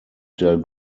del